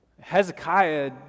Hezekiah